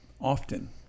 often